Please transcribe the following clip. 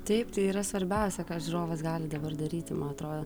taip tai yra svarbiausia ką žiūrovas gali dabar daryti man atrodo